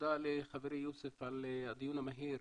ותודה לחברי יוסף על הדיון המהיר.